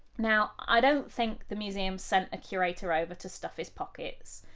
now, i don't think the museum sent a curator over to stuff his pockets,